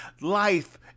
life